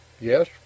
Yes